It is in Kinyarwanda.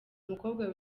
umukobwa